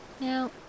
Now